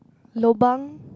lobang